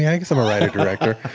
yeah, i guess i'm a writer director.